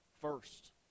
first